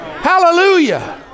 hallelujah